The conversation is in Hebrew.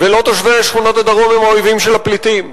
ולא תושבי שכונות הדרום הם האויבים של הפליטים.